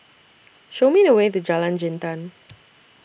Show Me The Way to Jalan Jintan